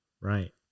Right